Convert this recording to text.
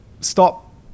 stop